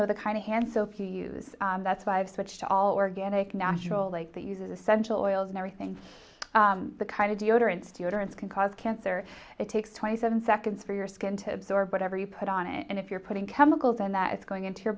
know the kind of hand soap you use and that's why i've switched to all organic natural like that uses essential oils in everything the kind of deodorant deodorants can cause cancer it takes twenty seven seconds for your skin to absorb whatever you put on it and if you're putting chemicals in that it's going into your